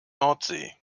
nordsee